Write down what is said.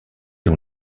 ont